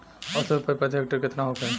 औसत उपज प्रति हेक्टेयर केतना होखे?